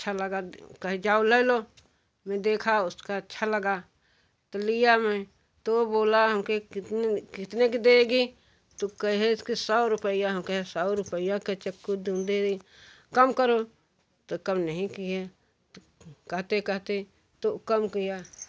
अच्छा लगा कहीं जाओ ले लो मैं देखा उसका अच्छा लगा तो लिया मैं तो बोला हम कहे कितने कितने के देगी तो कहे कि सौ रुपये हम कहे सौ रुपये का चक्कू तुम दे रहे कम करो तो कम नहीं किए कहते कहते तो कम किया